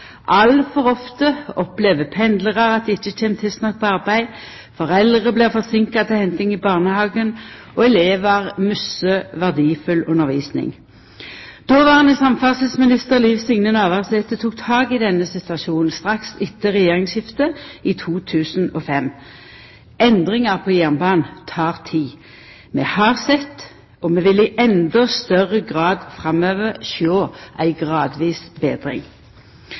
Altfor ofte opplever pendlarar at dei ikkje kjem tidsnok på arbeid. Foreldre blir forseinka til henting i barnehagen, og elevar misser verdfull undervisning. Dåverande samferdselsminister Liv Signe Navarsete tok tak i denne situasjonen straks etter regjeringsskiftet i 2005. Endringar på jernbanen tek tid. Vi har sett, og vi vil i endå større grad framover sjå ei gradvis betring.